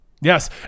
Yes